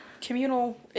Communal